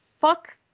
Fuck